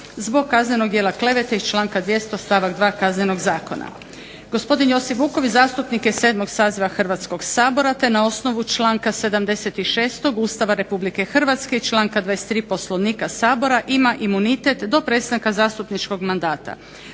zbog kaznenog djela klevete iz članka 200. stavak 2. Kaznenog zakona. Gospodin Josip Vuković zastupnik je 7. Saziva Hrvatskog sabora te na osnovu članka 76. Ustava RH i članka 23. Poslovnika Sabora ima imunitet do prestanka zastupničkog mandata